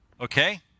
okay